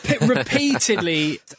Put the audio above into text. repeatedly